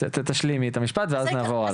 תשלימי את המשפט ואז נעבור הלאה.